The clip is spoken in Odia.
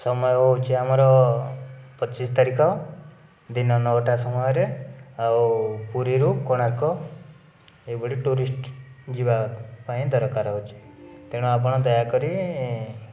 ସମୟ ହେଉଛି ଆମର ପଚିଶ ତାରିଖ ଦିନ ନଅଟା ସମୟରେ ଆଉ ପୁରୀରୁ କୋଣାର୍କ ଏହିଭଳି ଟୁରିଷ୍ଟ୍ ଯିବାପାଇଁ ଦରକାର ଅଛି ତେଣୁ ଆପଣ ଦୟାକରି